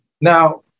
Now